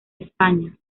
españa